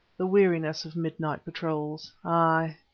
the weariness of midnight patrols aye,